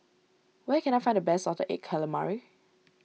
where can I find the best Salted Egg Calamari